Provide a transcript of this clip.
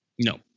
No